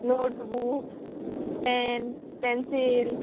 notebook pen pencil